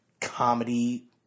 comedy